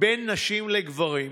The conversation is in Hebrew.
בין נשים לגברים,